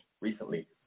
recently